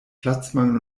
platzmangel